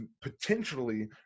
potentially